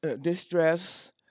distress